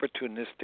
opportunistic